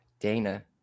Dana